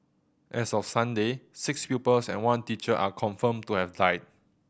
as of Sunday six pupils and one teacher are confirmed to have died